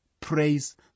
praise